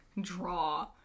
draw